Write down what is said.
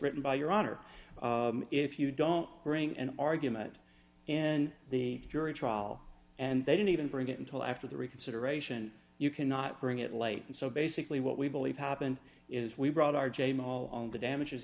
written by your honor if you don't bring an argument and the jury trial and they don't even bring it until after the reconsideration you cannot bring it late and so basically what we believe happened is we brought our jamie all on the damages